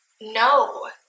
no